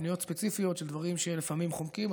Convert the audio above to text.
פניות ספציפיות של דברים שלפעמים חונקים,